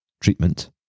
treatment